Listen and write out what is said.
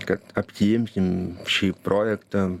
kad apsiimsim šį projektą